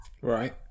Right